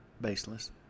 baseless